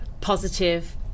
positive